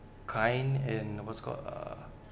kind in what's called uh